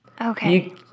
Okay